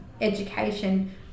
education